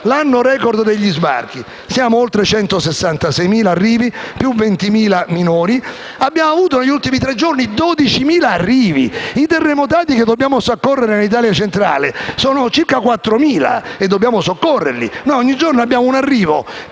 l'anno *record* degli sbarchi: siamo a oltre 166.000 arrivi, e solo più di 20.000 i minori. Abbiamo avuto, negli ultimi tre giorni, 12.000 arrivi. I terremotati che dobbiamo soccorrere nell'Italia centrale sono circa 4.000 e dobbiamo soccorrerli. Ogni giorno abbiamo un arrivo